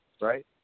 right